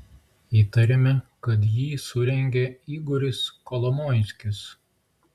įtariame kad jį surengė igoris kolomoiskis